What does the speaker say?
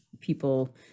people